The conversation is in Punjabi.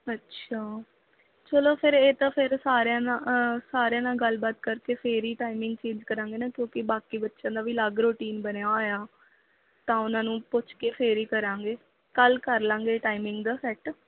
ਅੱਛਾ ਚਲੋ ਫਿਰ ਇਹ ਤਾਂ ਫਿਰ ਸਾਰਿਆਂ ਨਾ ਸਾਰਿਆਂ ਨਾ ਗੱਲਬਾਤ ਕਰਕੇ ਫੇਰ ਹੀ ਟਾਈਮਿੰਗ ਚੇਂਜ ਕਰਾਂਗੇ ਨਾ ਕਿਉਂਕਿ ਬਾਕੀ ਬੱਚਿਆਂ ਦਾ ਵੀ ਅਲੱਗ ਰੂਟੀਨ ਬਣਿਆ ਹੋਇਆ ਤਾਂ ਉਹਨਾਂ ਨੂੰ ਪੁੱਛ ਕੇ ਫਿਰ ਹੀ ਕਰਾਂਗੇ ਕੱਲ ਕਰ ਲਵਾਂਗੇ ਟਾਈਮਿੰਗ ਦਾ ਸੈਟ